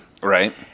Right